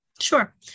Sure